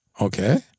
okay